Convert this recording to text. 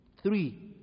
Three